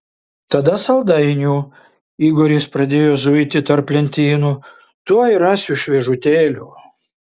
tada saldainių igoris pradėjo zuiti tarp lentynų tuoj rasiu šviežutėlių